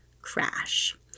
crash